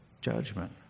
judgment